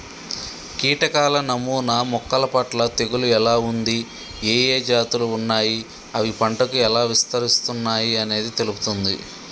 కీటకాల నమూనా మొక్కలపట్ల తెగులు ఎలా ఉంది, ఏఏ జాతులు ఉన్నాయి, అవి పంటకు ఎలా విస్తరిస్తున్నయి అనేది తెలుపుతుంది